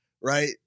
right